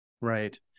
Right